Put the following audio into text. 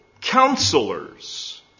counselors